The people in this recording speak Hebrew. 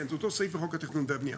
כן, זה אותו סעיף לחוק התכנון והבנייה.